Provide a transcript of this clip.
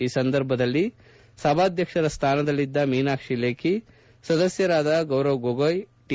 ಈ ಸಂದರ್ಭದಲ್ಲಿ ಸಭಾಧ್ಯಕ್ಷರ ಸ್ಥಾನದಲ್ಲಿದ್ದ ಮೀನಾಕ್ಷಿ ಲೇಖಿ ಸದಸ್ಯರಾದ ಗೌರವ್ ಗೊಗೋಯ್ ಟಿ